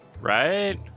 Right